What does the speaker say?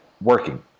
working